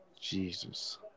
Jesus